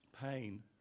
pain